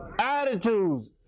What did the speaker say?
attitudes